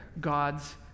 God's